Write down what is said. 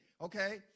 okay